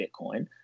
Bitcoin